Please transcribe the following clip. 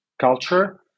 culture